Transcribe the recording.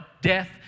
Death